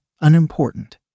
unimportant